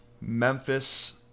Memphis